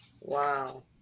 wow